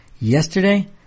yesterday